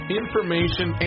information